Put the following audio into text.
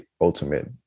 ultimate